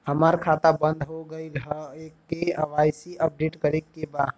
हमार खाता बंद हो गईल ह के.वाइ.सी अपडेट करे के बा?